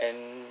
and